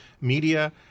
media